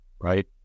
Right